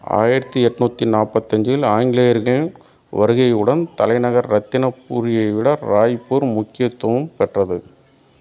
ஆயிரத்து எட்நூற்றி நாற்பத்தஞ்சில் ஆங்கிலேயர்களின் வருகையுடன் தலைநகர் ரத்தின பூரியை ராய்ப்பூர் முக்கியத்துவம் பெற்றது